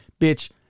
bitch